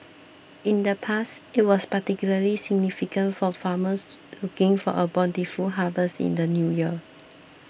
in the past it was particularly significant for farmers looking for a bountiful harvest in the New Year